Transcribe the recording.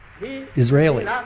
Israeli